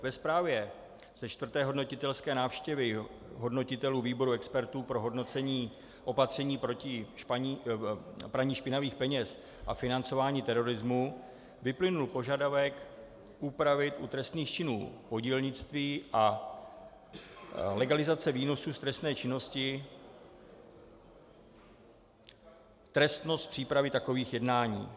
Ve zprávě ze čtvrté hodnotitelské návštěvy hodnotitelů výboru expertů pro hodnocení opatření proti praní špinavých peněz a financování terorismu vyplynul požadavek upravit u trestných činů podílnictví a legalizace výnosů z trestné činnosti trestnost přípravy takových jednání.